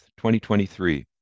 2023